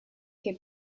que